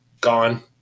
Gone